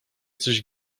coś